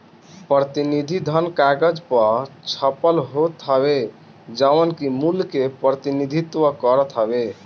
प्रतिनिधि धन कागज पअ छपल होत हवे जवन की मूल्य के प्रतिनिधित्व करत हवे